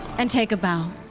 and take a bow.